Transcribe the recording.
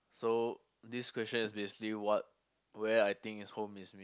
so this question is basically what where I think is home is